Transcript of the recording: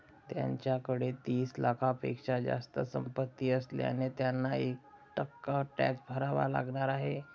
त्यांच्याकडे तीस लाखांपेक्षा जास्त संपत्ती असल्याने त्यांना एक टक्का टॅक्स भरावा लागणार आहे